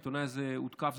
ובהנחה שעיתונאי הזה הותקף,